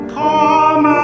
come